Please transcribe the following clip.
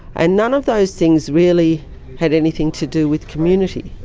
and none of those things really had anything to do with community.